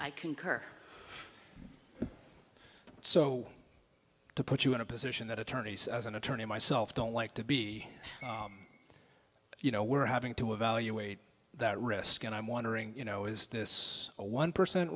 i concur so to put you in a position that attorneys as an attorney myself don't like to be you know we're having to evaluate that risk and i'm wondering you know is this a one percent